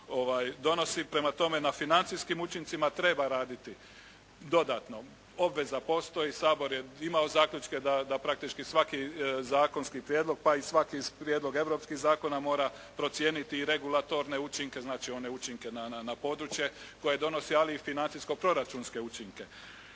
donosi. Prema tome, na financijskim učincima treba raditi dodatno. Obveza postoji, Sabor je imao zaključke da praktički svaki zakonski prijedlog pa i svaki prijedlog europskih zakona mora procijeniti i regulatorne učinke, znači one učinke na područje koje donosi ali i financijsko-proračunske učinke.